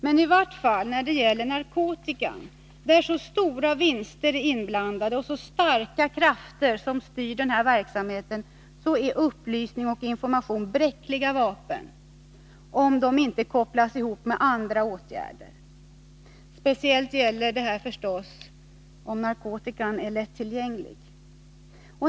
Men i varje fall när det gäller narkotikan, där så stora vinster är inblandade och så starka krafter styr verksamheten, är upplysning och information bräckliga vapen, om de inte kopplas ihop med andra åtgärder. Speciellt gäller detta om narkotikan är lättillgänglig.